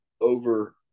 over